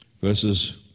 verses